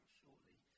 shortly